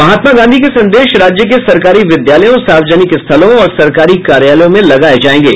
महात्मा गांधी के संदेश राज्य के सरकारी विद्यालयों सार्वजनिक स्थलों और सरकारी कार्यालयों में लगाये जायेंगे